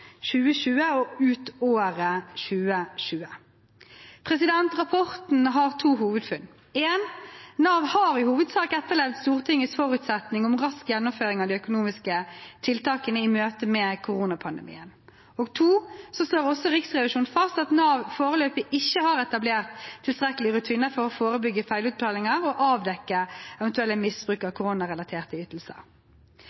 2020 og ut året 2020. Rapporten har to hovedfunn: Nav har i hovedsak etterlevd Stortingets forutsetninger om rask gjennomføring av de økonomiske tiltakene i møte med koronapandemien. Så slår også Riksrevisjonen fast at Nav foreløpig ikke har etablert tilstrekkelige rutiner for å forebygge feilutbetalinger og avdekke eventuelt misbruk av